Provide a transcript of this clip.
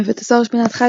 בבית הסוהר יש פינת חי,